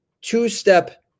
two-step